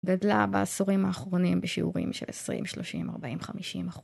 גדלה בעשורים האחרונים בשיעורים של 20, 30, 40, 50 אחו..